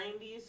90s